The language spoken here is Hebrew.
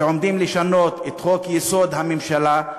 שעומדים לשנות את חוק-יסוד: הממשלה,